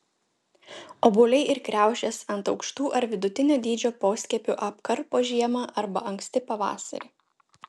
obuoliai ir kriaušės ant aukštų ar vidutinio dydžio poskiepių apkarpo žiemą arba anksti pavasarį